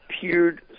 appeared